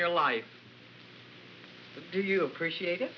your life did you appreciate it